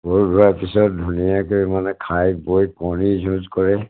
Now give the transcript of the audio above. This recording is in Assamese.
গৰু ধোৱাৰ পিছত ধুনীয়াকৈ মানে খাই বৈ কণী যুঁজ কৰে